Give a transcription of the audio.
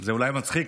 זה אולי מצחיק,